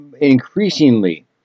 increasingly